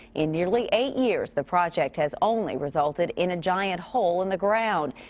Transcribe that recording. in nearly eight years. the project has only resulted in a giant hole in the ground.